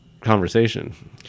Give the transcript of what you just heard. conversation